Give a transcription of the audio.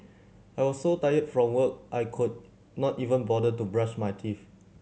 I was so tired from work I could not even bother to brush my teeth